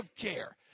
care